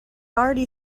already